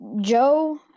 Joe